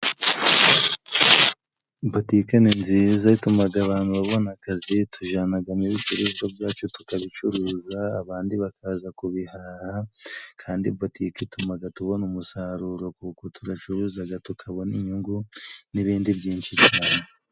Botike ni nziza itumaga abantu babona akazi tujanagayo ibicurubwa byacu tukabicuruza abandi bakaza kubihaha kandi botike itumaga tubona umusaruro kuko turacuruzaga tukabona inyungu n'ibindi byinshi cane.